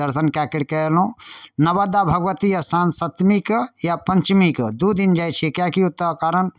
दर्शन कए करके एलहुॅं नबादा भगवती स्थान सप्तमी कऽ या पंचमी कऽ दू दिन जाइ छियै किएकि ओतऽ कारण